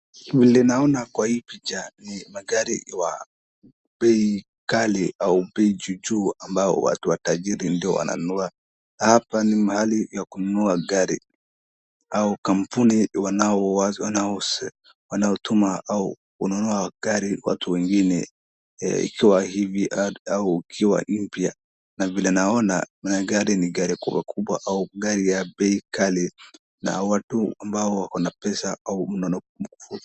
Vile naona kwa hii picha, ni magari wa bei ghali au bei juu juu ambao watu watajiri ndio wananunua, hapa ni mahali ya kununua gari au kampuni wanaotuma au kununua gari watu wengine ikiwa hivi au ikiwa mpya, na vile naona, magari ni gari kubwakubwa au gari ya bei ghali na watu ambao wako na pesa.